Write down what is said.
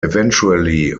eventually